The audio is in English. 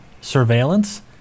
surveillance